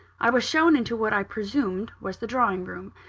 i was shown into what i presumed was the drawing-room.